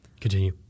Continue